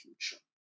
future